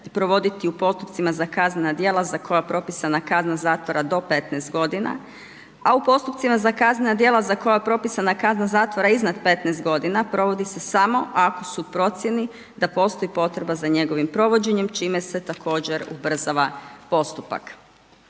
provoditi u postupcima za kaznena djela za koja je propisana kazna zatvora do 15 godina, a u postupcima za kaznena djela za koja je propisana kazna zatvora iznad 15 godina provodi se samo ako su u procijeni da postoji potreba za njegovim provođenjem čime se također ubrzava postupak.